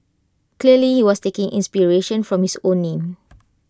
clearly he was taking inspiration from his own name